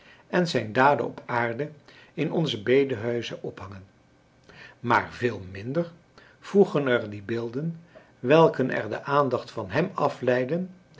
en zijn daden op aarde in onze bedehuizen ophangen maar veel minder voegen er die beelden welke er de aandacht van hem afleiden